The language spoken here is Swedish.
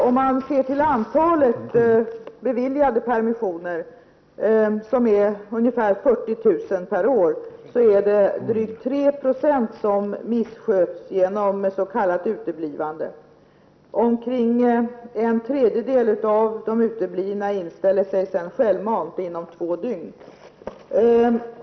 Om man ser till antalet beviljade permissioner, som är ungefär 40 000 per år, finner man att det är drygt 3 20 som missköts genom s.k. uteblivande. Omkring en tredjedel av de uteblivna inställer sig självmant inom två dygn.